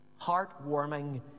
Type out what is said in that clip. heartwarming